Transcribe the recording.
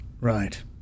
right